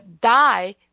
die